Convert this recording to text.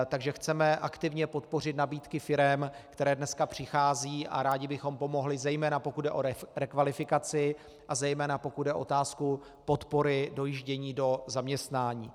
Takže chceme aktivně podpořit nabídky firem, které dneska přichází, a rádi bychom pomohli, zejména pokud jde o rekvalifikaci a zejména pokud jde o otázku podpory dojíždění do zaměstnání.